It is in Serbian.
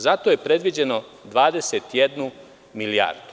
Za to je predviđena 21 milijarda.